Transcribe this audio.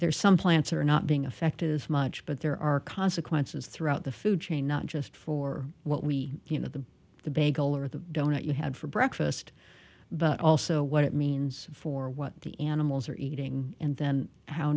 there's some plants are not being affected as much but there are consequences throughout the food chain not just for what we you know the the bagel or the don't you had for breakfast but also what it means for what the animals are eating and then how